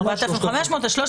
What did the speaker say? מ-4,500 שקלים.